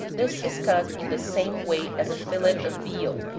this is cut in the same way as a fillet of veal.